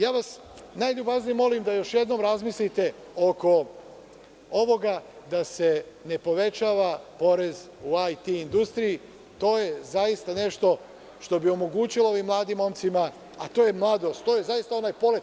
Najljubaznije vas molim da još jednom razmislite oko ovoga da se ne povećava porez u IT industriji, jer to je nešto što bi omogućilo ovim mladim momcima, a to je mladost, a to je zaista onaj polet.